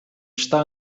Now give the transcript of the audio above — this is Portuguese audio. está